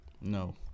No